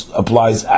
applies